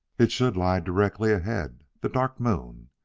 it should lie directly ahead the dark moon.